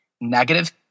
negative